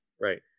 Right